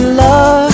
love